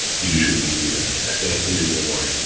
usually, he'd be like yeah, i can do one word.